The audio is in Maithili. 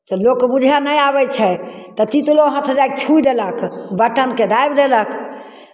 तऽ लोक बुझय नहि आबै छै तऽ तितलो हाथ जाए कऽ छुइ देलक बटमकेँ दाबि देलक